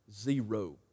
Zero